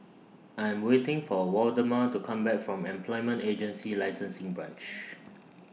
I Am waiting For Waldemar to Come Back from Employment Agency Licensing Branch